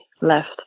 left